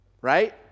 Right